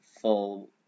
full